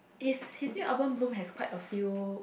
is his new album Bloom has quite a few